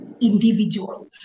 individual